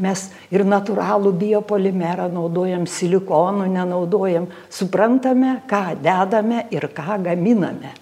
mes ir natūralų biopolimerą naudojam silikonų nenaudojam suprantame ką dedame ir ką gaminame